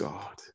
God